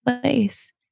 place